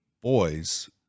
boys